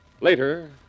Later